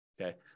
Okay